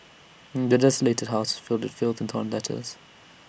the desolated house was filled in filth and torn letters